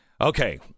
Okay